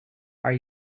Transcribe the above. are